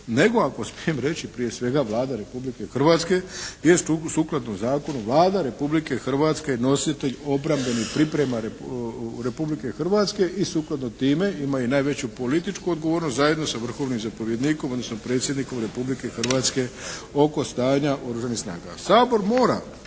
nego ako smijem reći prije svega Vlada Republike Hrvatske gdje sukladno zakonu Vlada Republike Hrvatske je nositelj opravdanih priprema Republike Hrvatske i sukladno time ima najveću političku odgovornost zajedno sa vrhovnim zapovjednikom odnosno Predsjednikom Republike Hrvatske oko stanja Oružanih snaga. Sabor mora